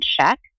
check